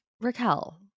Raquel